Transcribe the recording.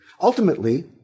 ultimately